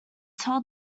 tell